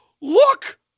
Look